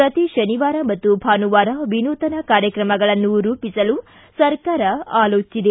ಪ್ರತಿ ಶನಿವಾರ ಮತ್ತು ಭಾನುವಾರ ವಿನೂತನ ಕಾರ್ಯಕ್ರಮಗಳನ್ನು ರೂಪಿಸಲು ಸರ್ಕಾರ ಅಲೋಚಿಸಿದೆ